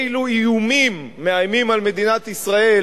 אילו איומים מאיימים על מדינת ישראל,